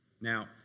Now